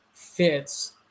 fits